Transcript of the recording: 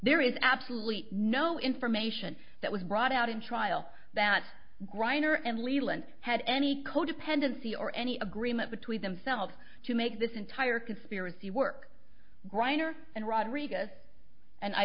there is absolutely no information that was brought out in trial that griner and leland had any codependency or any agreement between themselves to make this entire conspiracy work griner and rodriguez and i